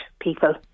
people